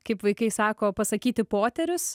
kaip vaikai sako pasakyti poterius